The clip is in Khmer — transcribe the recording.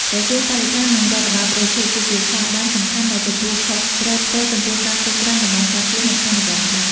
ក្រសួងបរិស្ថាន និងរដ្ឋបាលព្រៃឈើ គឺជាស្ថាប័នសំខាន់ដែលទទួលខុសត្រូវផ្ទាល់ចំពោះការគ្រប់គ្រងតំបន់ការពារ និងអនុវត្តច្បាប់។